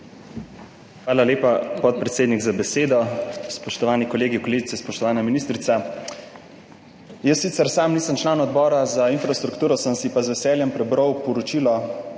Hvala lepa, podpredsednik za besedo. Spoštovani kolegi, kolegice, spoštovana ministrica! Jaz sicer sam nisem član Odbora za infrastrukturo, sem si pa z veseljem prebral poročilo